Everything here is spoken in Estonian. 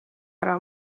ära